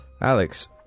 Alex